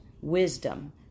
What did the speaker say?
wisdom